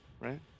right